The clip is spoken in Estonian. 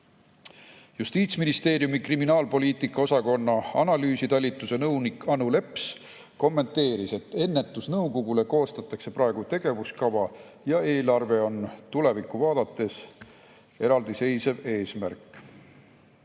Justiitsministeeriumi kriminaalpoliitika osakonna analüüsitalituse nõunik Anu Leps kommenteeris, et ennetusnõukogule koostatakse praegu tegevuskava ja eelarvele on tulevikku vaadates [pühendatud] eraldiseisev eesmärk.